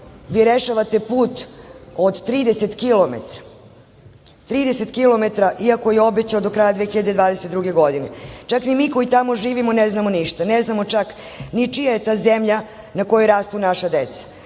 vi rešavate put od 30 kilometara, 30 kilometara, iako je obećao do kraja 2022. godine. Čak ni mi koji tamo živimo ne znamo ništa. Ne znamo čak ni čija je ta zemlja na kojoj rastu naša deca. Preko